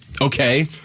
Okay